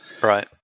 Right